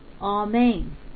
Amen